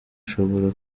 ushobora